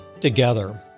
together